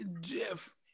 Jeff